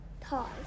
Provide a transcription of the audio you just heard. tall